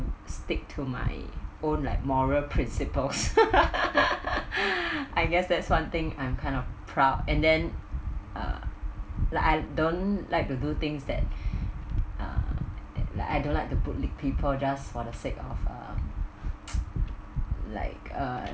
stick to my own like moral principles I guess that's one thing I'm kind of proud and then uh like I don't like to do things that uh like I don't like boot lick people just for the sake of um like um